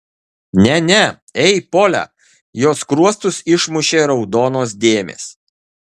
ne ne ei pole jos skruostus išmušė raudonos dėmės